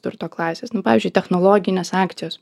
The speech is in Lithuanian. turto klasės nu pavyzdžiui technologinės akcijos